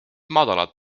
madalad